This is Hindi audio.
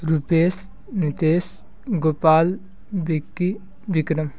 रूपेश नितेश गोपाल विक्की विक्रम